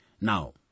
Now